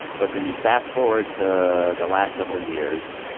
but then you fast-forward to the last several years,